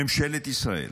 ממשלת ישראל,